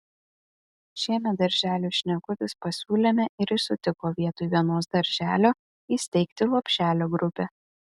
šiemet darželiui šnekutis pasiūlėme ir jis sutiko vietoj vienos darželio įsteigti lopšelio grupę